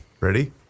Ready